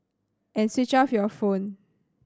and switch off your phone